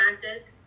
practice